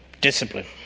discipline